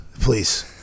please